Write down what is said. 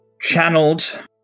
channeled